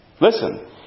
listen